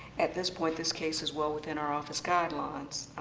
at this point, this case is well within our office guidelines.